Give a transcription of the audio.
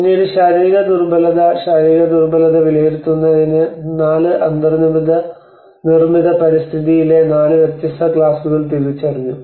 പിന്നീട് ശാരീരിക ദുർബലത ശാരീരിക ദുർബലത വിലയിരുത്തുന്നതിന് 4 അന്തർനിർമ്മിത പരിതസ്ഥിതിയിലെ 4 വ്യത്യസ്ത ക്ലാസുകൾ തിരിച്ചറിഞ്ഞു